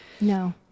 No